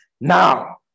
now